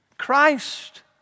Christ